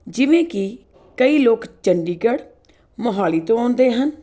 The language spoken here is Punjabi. ਜਿਵੇਂ ਕਿ ਕਈ ਲੋਕ ਚੰਡੀਗੜ੍ਹ ਮੋਹਾਲੀ ਤੋਂ ਆਉਂਦੇ ਹਨ